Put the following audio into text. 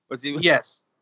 yes